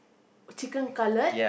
chicken cutlet